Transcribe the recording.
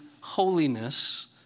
holiness